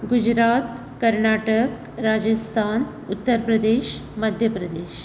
Gujarat Karnataka Rajasthan Uttar Pradesh Madhya Pradesh